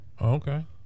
Okay